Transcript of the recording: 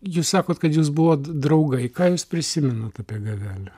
jūs sakot kad jūs buvot draugai ką jūs prisimenat apie gavelį